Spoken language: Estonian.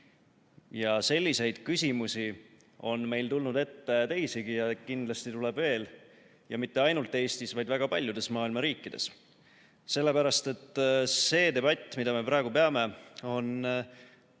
Selliseid küsimusi on meil tulnud ette teisigi ja kindlasti tuleb veel ja mitte ainult Eestis, vaid väga paljudes maailma riikides. Sellepärast et see debatt, mida me praegu peame, on vältimatu